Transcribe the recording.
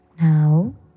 Now